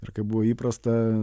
ir kaip buvo įprasta